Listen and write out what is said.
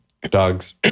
dogs